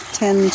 ten